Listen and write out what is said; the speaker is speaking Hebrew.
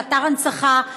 כאתר הנצחה.